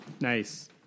Nice